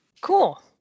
Cool